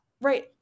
right